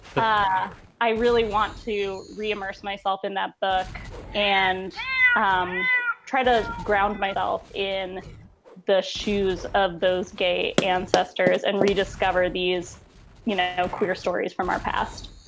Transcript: ah i really want to re immerse myself in that book and um try to ground myself in the shoes of those gay ancestors and rediscover these you know queer stories from our past